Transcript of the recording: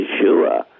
sure